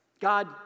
God